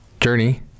journey